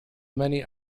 many